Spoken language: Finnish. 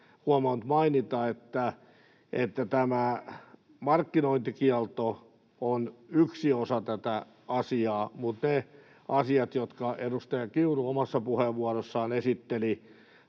huomannut mainita, että tämä markkinointikielto on yksi osa tätä asiaa, mutta myös ne asiat, jotka edustaja Kiuru omassa puheenvuorossaan esitteli,